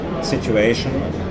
situation